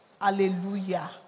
Hallelujah